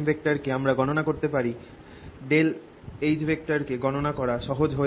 M কে আমরা গণনা করতে পারি H কে গণনা করা সহজ হয়ে ওঠে